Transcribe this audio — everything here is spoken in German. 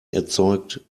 erzeugt